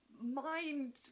mind